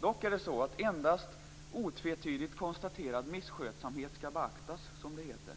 Dock är det så att endast otvetydigt konstaterad misskötsamhet skall beaktas, som det heter.